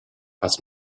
was